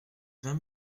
vingt